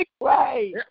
Right